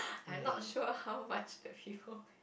I'm not sure how much of you